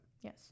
yes